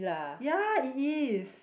ya it is